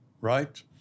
right